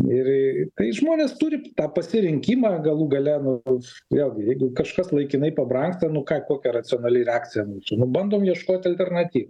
ir tai žmonės turi tą pasirinkimą galų gale nu vėlgi jeigu kažkas laikinai pabrangsta nu ką kokia racionali reakcija nu bandom ieškot alternatyvų